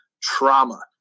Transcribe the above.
trauma